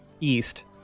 East